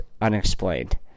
unexplained